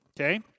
okay